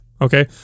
okay